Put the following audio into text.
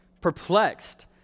perplexed